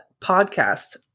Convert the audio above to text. podcast